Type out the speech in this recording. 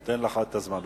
אתן לך את הזמן.